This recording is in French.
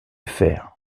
fer